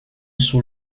sous